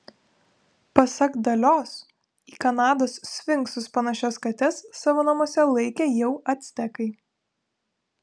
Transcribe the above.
pasak dalios į kanados sfinksus panašias kates savo namuose laikė jau actekai